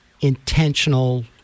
intentional